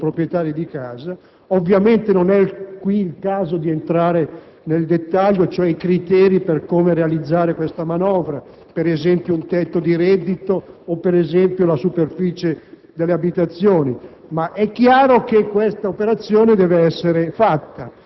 e sostenibile. Sappiamo che circa l'80 per cento dei cittadini italiani sono proprietari di casa, ovviamente non è qui il caso di entrare nel dettaglio, cioè sui criteri per realizzare questa manovra (per esempio, un tetto di reddito o la superficie